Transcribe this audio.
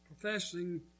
professing